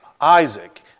Isaac